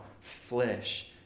flesh